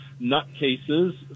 nutcases